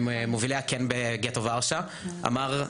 מובילי הקן בגטו ורשה אמר,